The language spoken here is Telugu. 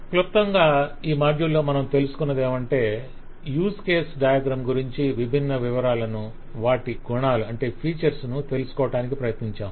క్లుప్తంగా ఈ మాడ్యూల్ లో మనం తెలుసుకోన్నదేమంటే యూజ్ కేస్ డయాగ్రమ్ గురించి విభిన్న వివరాలను వాటి గుణాలను తెలుసుకోవడానికి ప్రయత్నించాము